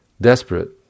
desperate